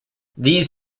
these